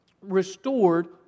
restored